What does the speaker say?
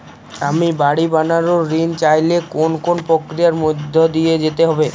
আমি বাড়ি বানানোর ঋণ চাইলে কোন কোন প্রক্রিয়ার মধ্যে দিয়ে যেতে হবে?